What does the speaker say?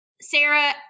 Sarah